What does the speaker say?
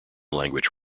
language